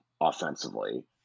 offensively